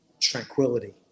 tranquility